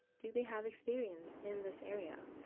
do they have experience in this area?